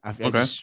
Okay